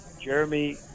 Jeremy